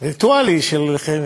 וירטואלי.